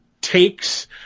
takes